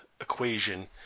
equation –